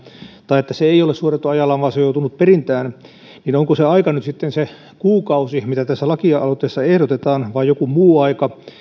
tai että se ei ole suoritettu ajallaan vaan se on joutunut perintään niin onko se aika nyt sitten se kuukausi mitä tässä lakialoitteessa ehdotetaan vai joku muu aika